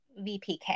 VPK